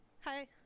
Hi